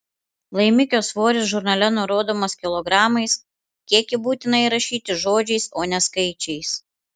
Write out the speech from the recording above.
laimikio svoris žurnale nurodomas kilogramais kiekį būtina įrašyti žodžiais o ne skaičiais